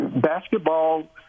basketball